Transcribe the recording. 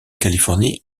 californie